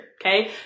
okay